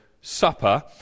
supper